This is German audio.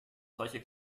solche